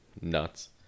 nuts